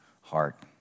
heart